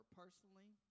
personally